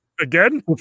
Again